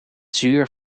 zuur